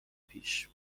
پیش